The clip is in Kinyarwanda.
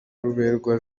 ruberwa